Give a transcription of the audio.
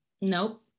nope